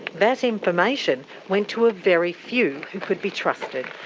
that information went to a very few who could be trusted,